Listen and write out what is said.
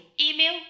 Email